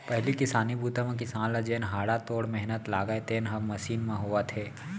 पहिली किसानी बूता म किसान ल जेन हाड़ा तोड़ मेहनत लागय तेन ह मसीन म होवत हे